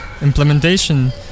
implementation